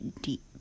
deep